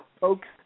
Folks